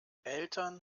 eltern